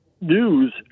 news